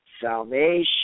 salvation